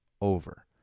over